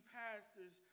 pastors